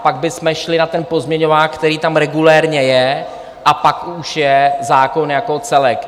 Pak bychom šli na ten pozměňovák, který tam regulérně je, a pak už je zákon jako celek.